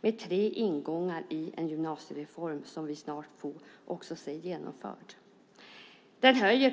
Det är tre ingångar i en gymnasiereform som vi snart också får se genomförd.